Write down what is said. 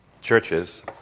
churches